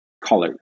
color